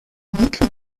l’autre